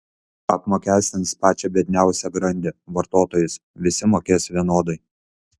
apmokestins pačią biedniausią grandį vartotojus visi mokės vienodai